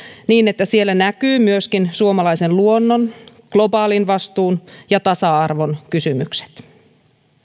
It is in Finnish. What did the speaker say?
niin että siellä näkyvät myöskin suomalaisen luonnon globaalin vastuun ja tasa arvon kysymykset